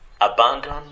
abandon